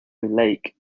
lake